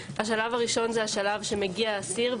השלב הראשון זה השלב שמגיע אסיר,